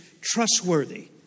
trustworthy